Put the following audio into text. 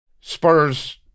Spurs